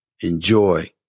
enjoy